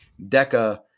deca